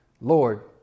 Lord